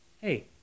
Hey